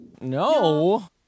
No